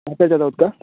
त्याच्यात आहोत का